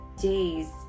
days